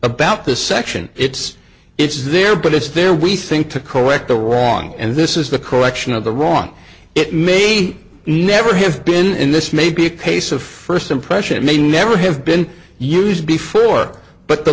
about this section it's it's there but it's there we think to correct the wrong and this is the collection of the wrong it may never have been in this may be a case of first impression it may never have been used before but the